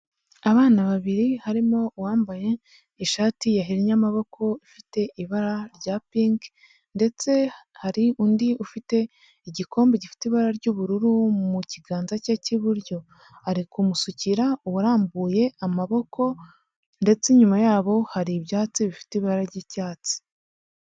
Abana babiri harimo uwambaye ishati yahinnye amaboko ifite ibara rya pinki ndetse hari undi ufite igikombe gifite ibara ry'ubururu mu kiganza cye cy'iburyo ari kumusukira uwarambuye amaboko ndetse inyuma yabo hari ibyatsi bifite ibara ry'icyatsi.